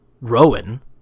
Rowan